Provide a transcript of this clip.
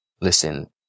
listen